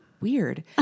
weird